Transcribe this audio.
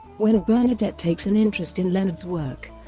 when bernadette takes an interest in leonard's work,